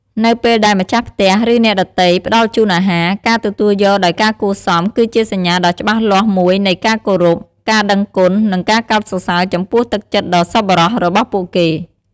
នៅពេលដែលម្ចាស់ផ្ទះ ឬអ្នកដទៃផ្តល់ជូនអាហារ ការទទួលយកដោយការគួរសម គឺជាសញ្ញាដ៏ច្បាស់លាស់មួយនៃការគោរព ការដឹងគុណ និងការកោតសរសើរចំពោះទឹកចិត្តដ៏សប្បុរសរបស់ពួកគេ។